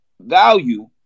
value